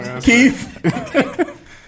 Keith